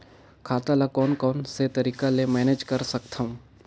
खाता ल कौन कौन से तरीका ले मैनेज कर सकथव?